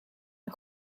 een